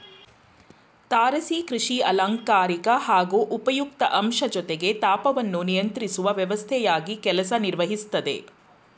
ತಾರಸಿ ಕೃಷಿ ಅಲಂಕಾರಿಕ ಹಾಗೂ ಉಪಯುಕ್ತ ಅಂಶ ಜೊತೆಗೆ ತಾಪವನ್ನು ನಿಯಂತ್ರಿಸುವ ವ್ಯವಸ್ಥೆಯಾಗಿ ಕೆಲಸ ನಿರ್ವಹಿಸ್ತದೆ